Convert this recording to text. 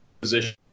position